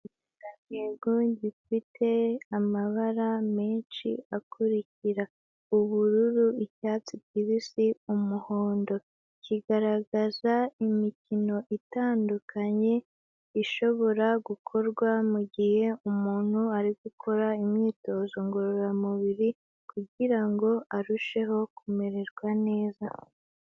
Yego gifite amabara menshi akurikira, ubururu, icyatsi kibisi, umuhondo. Kigaragaza imikino itandukanye, ishobora gukorwa mu gihe umuntu ari gukora imyitozo ngororamubiri, kugira ngo arusheho kumererwa neza.